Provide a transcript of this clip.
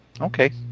okay